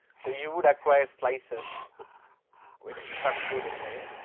so you would acquire slices which cut through the brain,